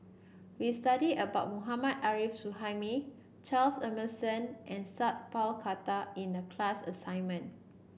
we studied about Mohammad Arif Suhaimi Charles Emmerson and Sat Pal Khattar in the class assignment